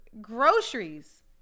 Groceries